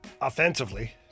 Offensively